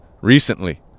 recently